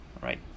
right